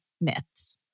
myths